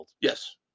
Yes